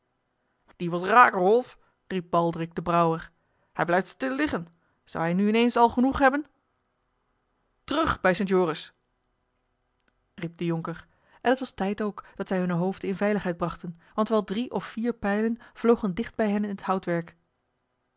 die was raak rolf riep baldric de brouwer hij blijft stil liggen zou hij nu in eens al genoeg hebben terug bij st joris riep de jonker en t was tijd ook dat zij hunne hoofden in veiligheid brachten want wel drie of vier pijlen vlogen dicht bij hen in het houtwerk